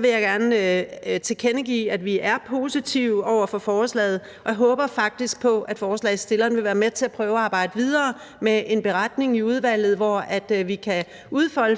vil jeg gerne tilkendegive, at vi er positive over for forslaget, og jeg håber faktisk, at forslagsstillerne vil være med til at prøve at arbejde videre med en beretning i udvalget, hvor vi kan udfolde